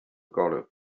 golwg